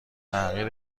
تغییر